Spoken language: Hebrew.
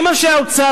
עם אנשי האוצר,